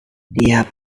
dia